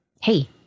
Hey